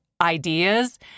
ideas